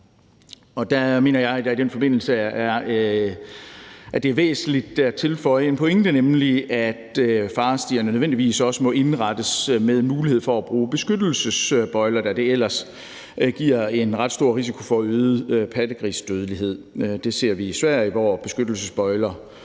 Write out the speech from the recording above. m². Der mener jeg, at det i den forbindelse er væsentligt at tilføje en pointe, nemlig at farestierne nødvendigvis også må indrettes med mulighed for at bruge beskyttelsesbøjler, da det ellers giver en ret stor risiko for øget pattegrisdødelighed. Det ser vi i Sverige, hvor beskyttelsesbøjler